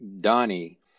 Donnie